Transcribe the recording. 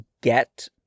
get